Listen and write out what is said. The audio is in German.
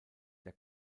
der